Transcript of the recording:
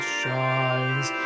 shines